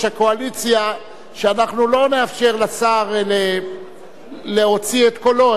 הקואליציה שאנחנו לא נאפשר לשר להוציא את קולו,